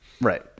Right